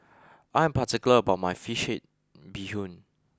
I am particular about my Fish Head Bee Hoon